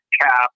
cap